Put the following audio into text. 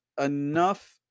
enough